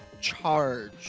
charge